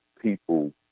people